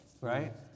Right